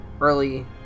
early